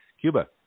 Cuba